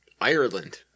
Ireland